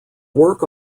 work